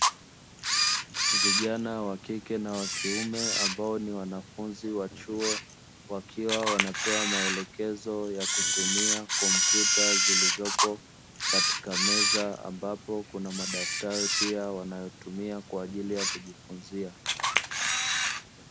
Vijana wa kike na wa kiume ambao ni wanafunzi wa chuo, wakiwa wanapewa maelekezo ya kutumia kompyuta zilizopo katika meza, ambapo kuna madaftari pia wanayotumia kwa ajili ya kujifunzia.